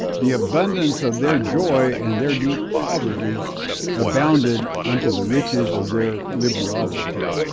the abundance of their joy and their deep poverty abounded unto the riches of their liberality.